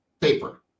paper